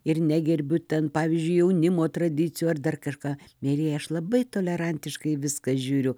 ir negerbiu ten pavyzdžiui jaunimo tradicijų ar dar kažką mielieji aš labai tolerantiškai viską žiūriu